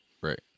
Right